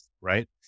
right